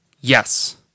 Yes